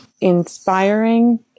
inspiring